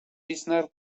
lyssnar